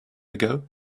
ago